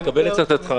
אני מקבל את עצתך,